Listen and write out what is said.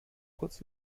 kurz